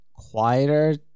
quieter